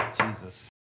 Jesus